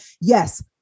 yes